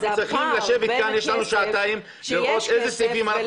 אנחנו צריכים לשבת כאן ולראות איזה סעיפים אנחנו